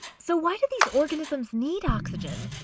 so why do these organisms need oxygen?